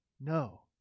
No